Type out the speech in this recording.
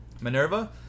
Minerva